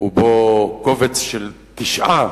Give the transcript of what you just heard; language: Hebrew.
ובו קובץ של תשעה